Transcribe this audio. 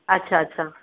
अच्छा अच्छा